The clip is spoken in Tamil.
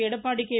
எடப்பாடி கே